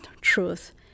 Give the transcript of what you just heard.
truth